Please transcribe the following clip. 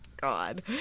God